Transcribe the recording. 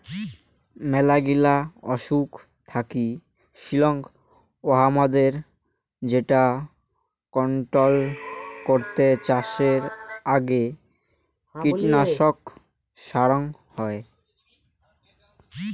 মেলাগিলা অসুখ থাকি সিল্ক ওয়ার্মদের যেটা কন্ট্রোল করতে চাষের আগে কীটনাশক ছড়াঙ হই